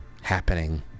happening